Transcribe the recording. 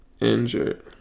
injured